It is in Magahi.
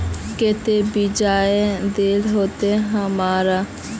केते बियाज देल होते हमरा?